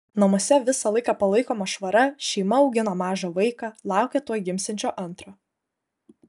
namuose visą laiką palaikoma švara šeima augina mažą vaiką laukia tuoj gimsiančio antro